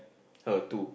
her too